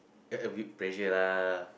a a bit pressure lah